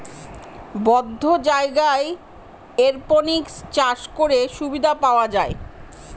বদ্ধ জায়গায় এরপনিক্স চাষ করে সুবিধা পাওয়া যায়